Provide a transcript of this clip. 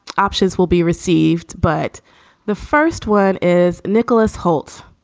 options will be received, but the first one is nicholas hoult.